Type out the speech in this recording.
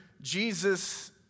Jesus